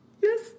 Yes